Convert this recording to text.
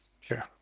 Sure